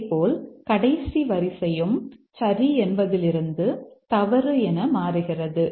அதேபோல் கடைசி வரிசையும் சரி என்பதிலிருந்து தவறு என மாறுகிறது